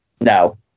No